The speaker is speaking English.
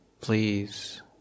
please